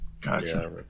Gotcha